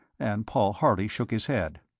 and paul harley shook his head.